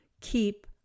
keep